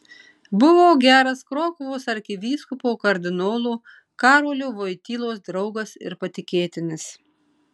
buvo geras krokuvos arkivyskupo kardinolo karolio vojtylos draugas ir patikėtinis